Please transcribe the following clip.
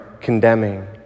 condemning